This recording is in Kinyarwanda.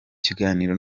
kiganiro